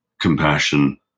compassion